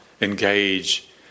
engage